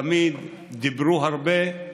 תמיד דיברו הרבה,